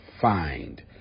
find